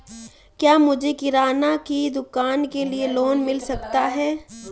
क्या मुझे किराना की दुकान के लिए लोंन मिल सकता है?